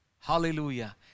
Hallelujah